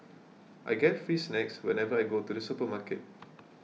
I get free snacks whenever I go to the supermarket